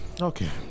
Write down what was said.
Okay